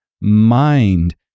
mind